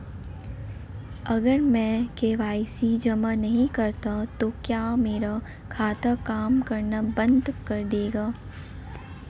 अगर मैं के.वाई.सी जमा नहीं करता तो क्या मेरा खाता काम करना बंद कर देगा?